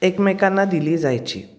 एकमेकांना दिली जायची